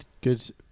good